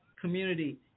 community